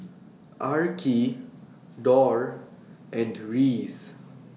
Arkie Dorr and Reece